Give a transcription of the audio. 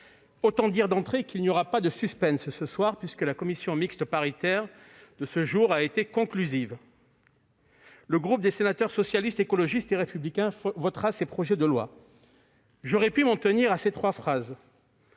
Autant le dire d'emblée, il n'y aura pas de suspense, puisque la commission mixte paritaire de ce jour a été conclusive. Le groupe Socialiste, Écologiste et Républicain votera ces projets de loi. J'aurais pu m'en tenir à ces trois phrases.